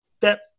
depth